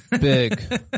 Big